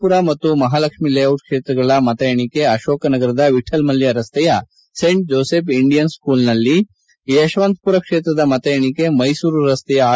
ಪುರ ಮತ್ತು ಮಹಾಲಕ್ಷ್ಮೀ ಲೇಔಟ್ ಕ್ಷೇತ್ರಗಳ ಮತ ಎಣಿಕೆಯು ಅಶೋಕನಗರದ ವಿಕಲ್ ಮಲ್ಯ ರಸ್ತೆಯ ಸೇಂಟ್ ಜೋಸೆಫ್ ಇಂಡಿಯನ್ ಹೈಸ್ಕೂಲ್ನಲ್ಲಿ ಯಶವಂತಪುರ ಕ್ಷೇತ್ರದ ಮತ ಎಣಿಕೆಯು ಮೈಸೂರು ರಸ್ತೆಯ ಆರ್